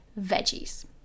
veggies